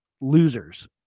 losers